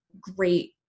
great